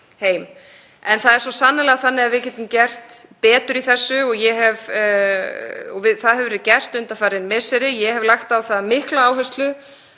En það er svo sannarlega þannig að við getum gert betur í þessu og það hefur verið gert undanfarin misseri. Ég hef lagt á það mikla áherslu